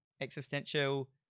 Existential